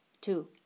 two